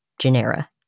genera